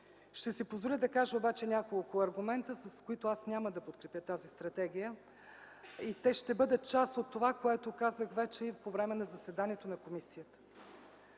Ще си позволя да кажа обаче няколко аргумента, с които аз няма да подкрепя тази стратегия и те ще бъдат част от това, което казах вече и по време на заседанието на комисията.